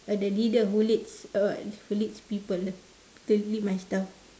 the leader who leads err who leads people to lead my staff